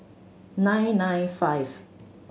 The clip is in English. nine nine five